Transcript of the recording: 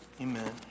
Amen